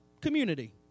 community